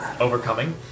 overcoming